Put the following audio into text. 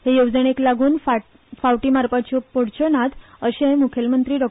हे येवजणेक लागून फावटी मारच्यो पडच्यो नात अशें मुखेलमंत्री डॉ